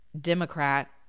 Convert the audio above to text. Democrat